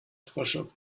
frösche